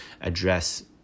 address